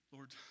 Lord